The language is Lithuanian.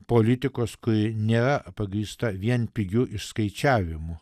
politikos kai ne pagrįsta vien pigiu išskaičiavimu